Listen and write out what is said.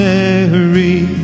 Mary